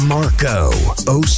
Marco